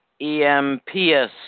EMPS